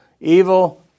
evil